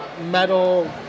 metal